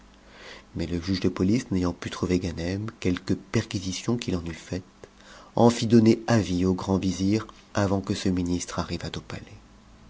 mais le juge de police n'ayant pu trouver ganem quelque perquisition qu'il en eût faite en fil donner avis au grand vizir avant que ce ministre arrivât au palais